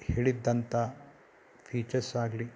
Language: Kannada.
ಹೇಳಿದ್ದಂಥ ಫೀಚರ್ಸ್ ಆಗಲಿ